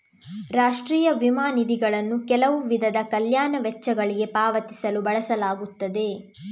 ರಾಷ್ಟ್ರೀಯ ವಿಮಾ ನಿಧಿಗಳನ್ನು ಕೆಲವು ವಿಧದ ಕಲ್ಯಾಣ ವೆಚ್ಚಗಳಿಗೆ ಪಾವತಿಸಲು ಬಳಸಲಾಗುತ್ತದೆ